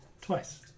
twice